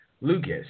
Lucas